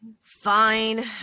Fine